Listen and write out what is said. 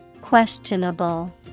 Questionable